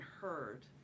heard